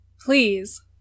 please